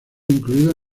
incluidos